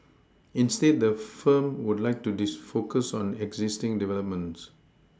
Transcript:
instead the firm would like to focus on existing developments